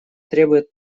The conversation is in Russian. требует